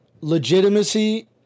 Legitimacy